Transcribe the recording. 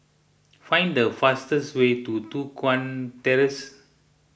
find the fastest way to Tua Kong Terrace